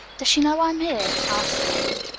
does she know i'm here? asked kate.